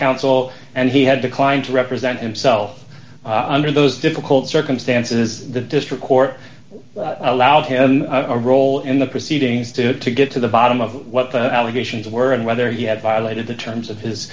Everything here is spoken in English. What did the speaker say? counsel and he had declined to represent himself under those difficult circumstances the district court allowed him a role in the proceedings to get to the bottom of what the allegations were and whether you had violated the terms of his